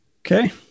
Okay